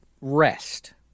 rest